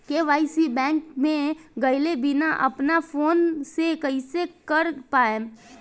KYC bank मे गएले बिना अपना फोन से कइसे कर पाएम?